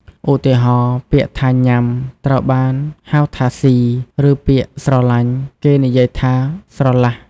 ឧទាហរណ៍ ពាក្យថា "ញ៉ាំ" ត្រូវបានហៅថា "ស៊ី" ឬពាក្យ "ស្រឡាញ់" គេនិយាយថា "ស្រលះ"។